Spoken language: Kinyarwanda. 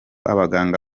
abaganga